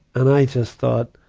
and i just thought,